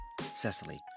Cecily